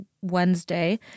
Wednesday